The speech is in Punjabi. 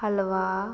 ਹਲਵਾ